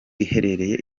iherereye